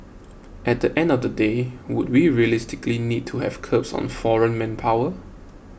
at the end of the day would we realistically need to have curbs on foreign manpower